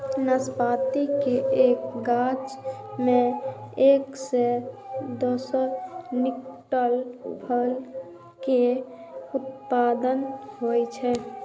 नाशपाती के एक गाछ मे एक सं दू क्विंटल फल के उत्पादन होइ छै